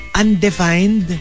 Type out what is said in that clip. undefined